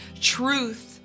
truth